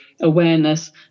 awareness